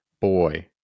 boy